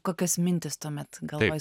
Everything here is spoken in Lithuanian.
kokios mintys tuomet galvoj